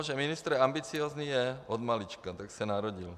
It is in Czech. Že ministr ambiciózní je odmalička, tak se narodil.